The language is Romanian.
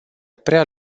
prea